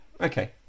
Okay